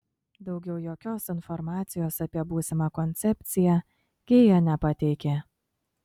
daugiau jokios informacijos apie būsimą koncepciją kia nepateikia